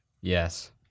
Yes